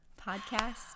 podcast